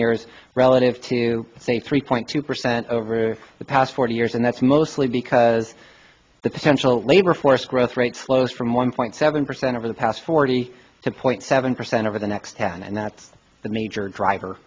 years relative to say three point two percent over the past forty years and that's mostly because the potential labor force growth rate slows from one point seven percent over the past forty two point seven percent over the next ten and that's the major driver